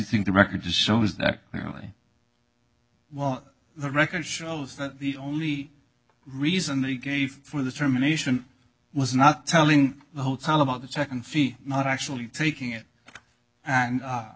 think the record shows that clearly the record shows that the only reason they gave for the termination was not telling the hotel about the check and fee not actually taking it and